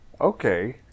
okay